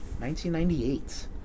1998